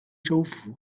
州府